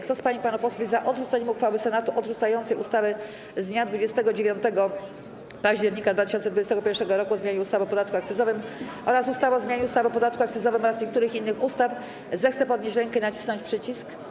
Kto z pań i panów posłów jest za odrzuceniem uchwały Senatu odrzucającej ustawę z dnia 29 października 2021 r. o zmianie ustawy o podatku akcyzowym oraz ustawy o zmianie ustawy o podatku akcyzowym oraz niektórych innych ustaw, zechce podnieść rękę i nacisnąć przycisk.